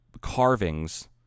carvings